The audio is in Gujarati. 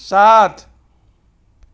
સાત